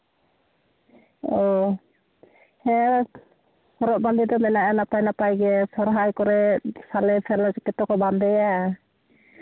ᱚ ᱦᱮᱸ ᱦᱚᱨᱚᱜ ᱵᱟᱸᱫᱮ ᱫᱚ ᱢᱮᱱᱟᱜᱼᱟ ᱱᱟᱯᱟᱭ ᱱᱟᱯᱟᱭ ᱜᱮ ᱥᱚᱨᱦᱟᱭ ᱠᱚᱨᱮᱫ ᱥᱟᱞᱮ ᱥᱟᱞᱮ ᱡᱚᱛᱚ ᱠᱚ ᱵᱟᱸᱫᱮᱭᱟ